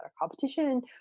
competition